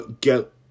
get